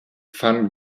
van